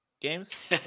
games